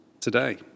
today